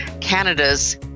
Canada's